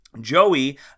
Joey